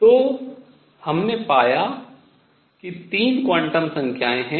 तो हमने पाया कि 3 क्वांटम संख्याएँ हैं